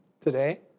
today